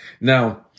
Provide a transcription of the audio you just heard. Now